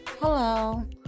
Hello